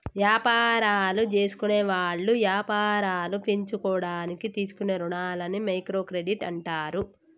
యాపారాలు జేసుకునేవాళ్ళు యాపారాలు పెంచుకోడానికి తీసుకునే రుణాలని మైక్రో క్రెడిట్ అంటారు